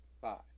Five